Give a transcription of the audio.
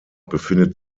befindet